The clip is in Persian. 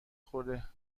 خورده